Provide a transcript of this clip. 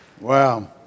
Wow